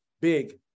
big